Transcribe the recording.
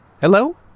Hello